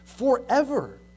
Forever